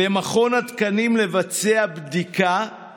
מבינים לבד שזה לא חוק פוליטי.